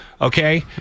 Okay